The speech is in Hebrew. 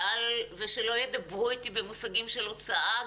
שלא ידברו אתי במושגים של הוצאה.